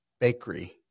bakery